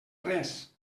res